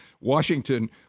Washington